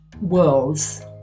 worlds